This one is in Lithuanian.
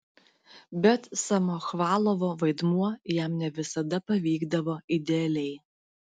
bet samochvalovo vaidmuo jam ne visada pavykdavo idealiai